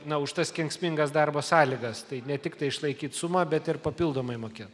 na už tas kenksmingas darbo sąlygas tai ne tiktai išlaikyt sumą bet ir papildomai mokėt